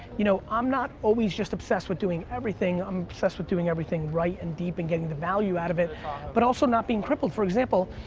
you know, i'm not always just obsessed with doing everything, i'm obsessed with doing everything right and deep and getting the value out of it but also not being crippled. for example,